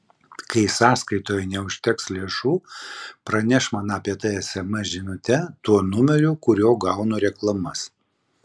kai sąskaitoje neužteks lėšų praneš man apie tai sms žinute tuo numeriu kuriuo gaunu reklamas